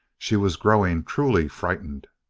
she was growing truly frightened.